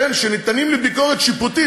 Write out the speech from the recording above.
שניתנים לביקורת שיפוטית,